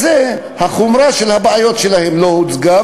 החומרה של הבעיות שלהם לא הוצגה,